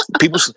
People